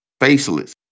faceless